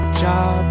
job